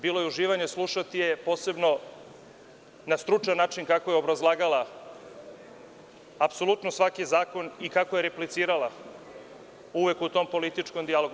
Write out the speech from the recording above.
Bilo je uživanje slušati je, a posebno na stručan način kako je obrazlagala apsolutno svaki zakon i kako je replicirala uvek u tom političkom dijalogu.